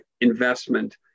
investment